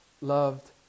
loved